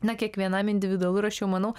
na kiekvienam individualu ir aš jau manau